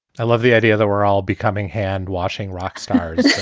i love the idea that we're all becoming handwashing rock stars